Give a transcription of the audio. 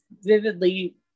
vividly